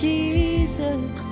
Jesus